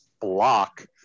block